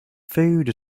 food